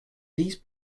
these